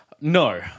No